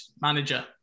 manager